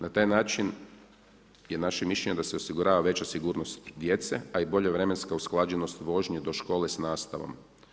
Na taj način je naše mišljenje da se osigurava veća sigurnost djece, a i bolja vremenska usklađenost vožnje do škole s nastavom.